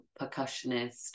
percussionist